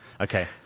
Okay